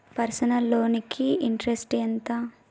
Personal loan కి interest ఎంత?